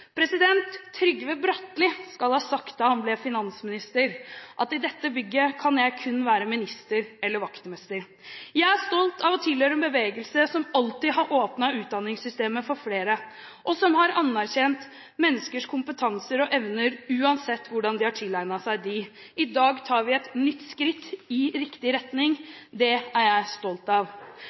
Trygve Bratteli skal ha sagt da han ble finansminister, at i dette bygget kan jeg kun være minister eller vaktmester. Jeg er stolt av å tilhøre en bevegelse som alltid har åpnet utdanningssystemet for flere, og som har anerkjent menneskers kompetanse og evner uansett hvordan de har tilegnet seg disse. I dag tar vi et nytt skritt i riktig retning, og det er jeg stolt av.